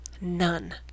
None